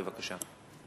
בבקשה.